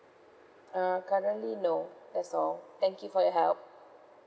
uh currently no that's all thank you for your help